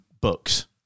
books